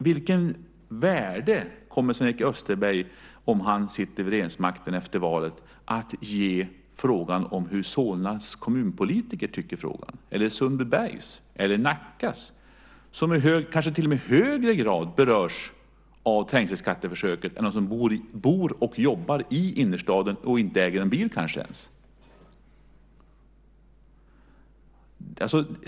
Vilket värde kommer Sven-Erik Österberg, om han sitter på regeringsmakten efter valet, att ge frågan om hur Solnas, Sundbybergs eller Nackas kommunpolitiker har tyckt? De kanske till och med berörs i högre grad av trängselskatteförsöket än de som bor och jobbar i innerstaden och som kanske inte ens äger en bil.